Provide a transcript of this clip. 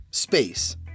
Space